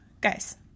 Guys